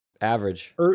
average